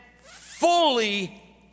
fully